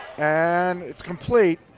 and it's complete,